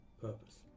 purpose